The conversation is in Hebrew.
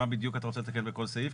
ומה בדיוק אתה רוצה לתקן בכל סעיף,